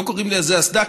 לא קוראים לזה אסדה,